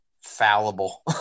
fallible